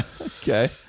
Okay